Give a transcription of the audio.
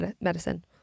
medicine